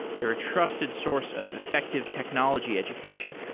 they're a trusted source of effective technology education.